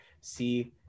see